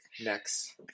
Next